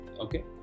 Okay